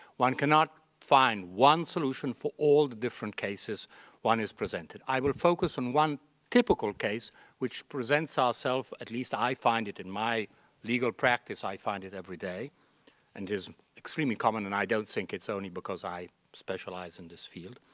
one cannot find one solution for all the different cases one is presented. i will focus on one typical case which presents our self at least i find it in my legal practice. i find it every day and is extremely common and i don't think it's only because i specialize in this field.